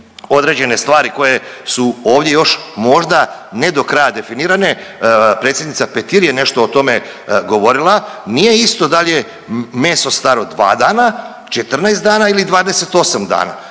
određene stvari koje su ovdje još možda ne do kraja definirane. Predsjednica Petir je nešto o tome govorila, nije isto dal je meso staro 2 dana, 14 dana ili 28 dana.